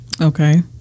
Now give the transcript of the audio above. Okay